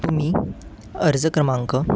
तुम्ही अर्ज क्रमांक